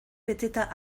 beteta